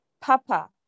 Papa